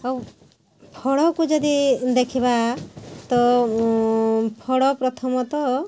ଆଉ ଫଳକୁ ଯଦି ଦେଖିବା ତ ଫଳ ପ୍ରଥମତଃ